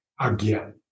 again